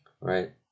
right